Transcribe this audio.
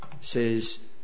says